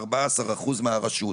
14 אחוז מהרשות,